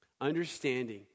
Understanding